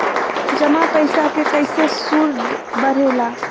जमा पईसा के कइसे सूद बढे ला?